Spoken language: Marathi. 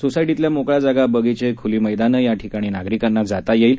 सोसायटीतल्या मोकळ्या जागा बगीचे खली मैदानं याठिकाणी नागरिकांना जाता येईल